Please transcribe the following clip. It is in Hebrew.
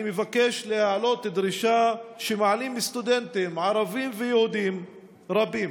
אני מבקש להעלות דרישה שמעלים סטודנטים ערבים ויהודים רבים: